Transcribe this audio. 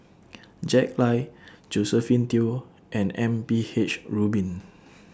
Jack Lai Josephine Teo and M P H Rubin